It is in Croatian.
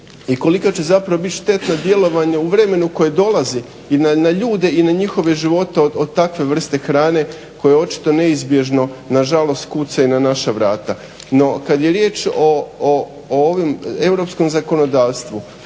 i kolika će zapravo biti štetno djelovanje u vremenu koje dolazi i na ljude i na njihove živote od takve vrste hrane koja očito neizbježno nažalost kuca i na naša vrata. No kad je riječ o ovom europskom zakonodavstvu,